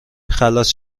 خلاص